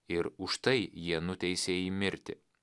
ir už tai jie nuteisė jį mirti